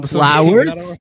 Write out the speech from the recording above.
flowers